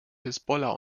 hisbollah